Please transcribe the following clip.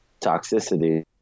toxicity